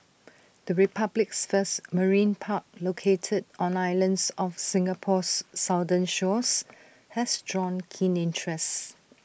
the republic's first marine park located on islands off Singapore's southern shores has drawn keen interest